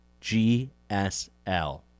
GSL